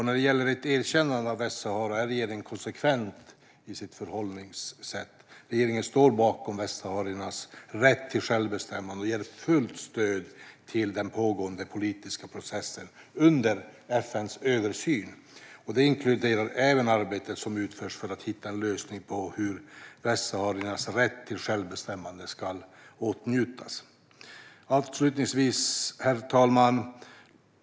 När det gäller ett erkännande av Västsahara är regeringen konsekvent i sitt förhållningssätt. Regeringen står bakom västsahariernas rätt till självbestämmande och ger fullt stöd till den pågående politiska processen under FN:s översyn. Det inkluderar även arbetet som utförs för att hitta en lösning på hur västsahariernas rätt till självbestämmande ska åtnjutas. Herr talman!